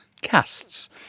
casts